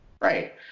Right